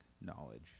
knowledge